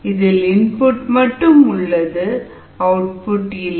இதில் இன்புட் மட்டும் உள்ளது அவுட்புட் இல்லை